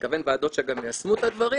אני מתכוון ועדות שגם יישמו את הדברים